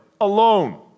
alone